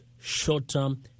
short-term